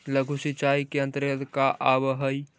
लघु सिंचाई के अंतर्गत का आव हइ?